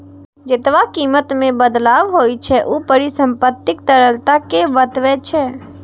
जेतबा कीमत मे बदलाव होइ छै, ऊ परिसंपत्तिक तरलता कें बतबै छै